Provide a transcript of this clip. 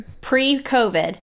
pre-COVID